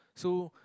so